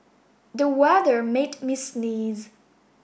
the weather made me sneeze